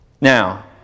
Now